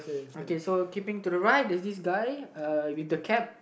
okay so keeping to the right there is this guy uh with the cap